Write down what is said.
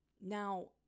Now